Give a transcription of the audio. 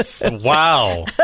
Wow